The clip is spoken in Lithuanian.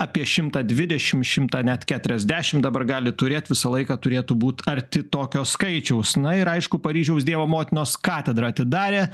apie šimtą dvidešim šimtą net keturiasdešim dabar gali turėt visą laiką turėtų būt arti tokio skaičiaus na ir aišku paryžiaus dievo motinos katedrą atidarė